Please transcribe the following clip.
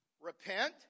Repent